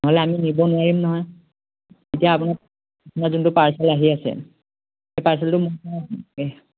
নহ'লে আমি নিব নোৱাৰিম নহয় এতিয়া আপোনাৰ আপোনাৰ যোনটো পাৰ্চেল আহি আছে সেই পাৰ্চেলটো